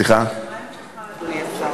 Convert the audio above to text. ומה עמדתך, אדוני השר?